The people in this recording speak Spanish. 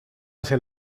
hacia